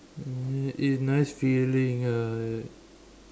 eh nice feeling ah like that